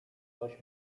ktoś